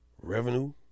revenue